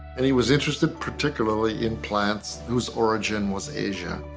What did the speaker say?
and he was interested particularly in plants whose origin was asian.